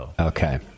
Okay